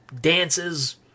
dances